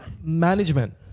management